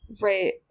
Right